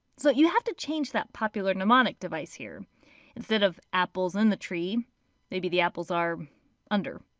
so you have to change that popular mnemonic device here instead of apples in the tree maybe the apples are under?